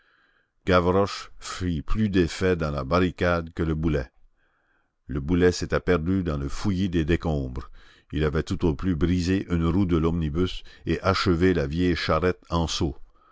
gavroche fit plus d'effet dans la barricade que le boulet le boulet s'était perdu dans le fouillis des décombres il avait tout au plus brisé une roue de l'omnibus et achevé la vieille charrette anceau